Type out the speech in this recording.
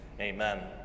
Amen